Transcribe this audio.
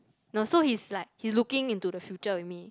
no so he's like he's looking into the future with me